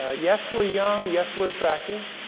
ah yes, we're young. yes, were attractive.